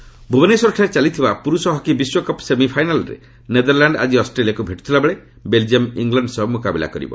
hockey ଭୁବନେଶ୍ୱରଠାରେ ଚାଲିଥିବା ପୁରୁଷ ହକି ବିଶ୍ୱକପ୍ ସେମିଫାଇନାଲ୍ରେ ନେଦରଲ୍ୟାଣ୍ଡ ଆଜି ଅଷ୍ଟ୍ରେଲିଆକୁ ଭେଟୁଥିବାବେଳେ ବେଲକ୍ିୟମ୍ ଇଲଣ୍ଡ ସହ ମୁକାବିଲା କରିବ